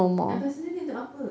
ambassador ni untuk apa